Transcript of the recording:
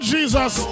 Jesus